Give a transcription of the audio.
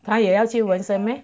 他也要去纹身 meh